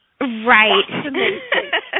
Right